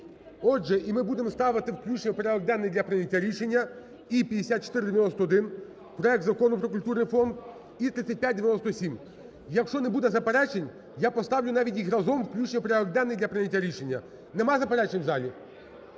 Отже, і ми будемо ставити включення в порядок денний для прийняття рішення і 5491 проект Закону про культурний фонд, і 3597. Якщо не буде заперечень, я поставлю навіть їх разом включення в порядок денний для прийняття рішення. Нема заперечень в залі?